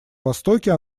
востоке